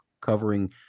covering